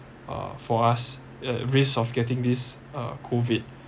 uh for us uh risk of getting this uh COVID